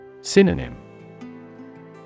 Synonym